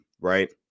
right